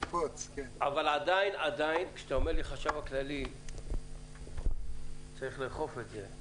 אבל עדיין עדיין כשאתה אומר לי שהחשב הכללי צריך לאכוף את זה,